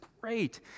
great